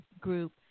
group